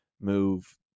move